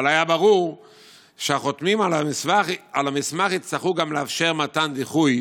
אבל היה ברור שהחותמים על המסמך יצטרכו גם לאפשר מתן דיחוי